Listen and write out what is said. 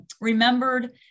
remembered